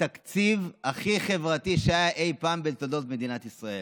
התקציב הכי חברתי שהיה אי פעם בתולדות מדינת ישראל.